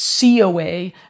COA